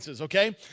Okay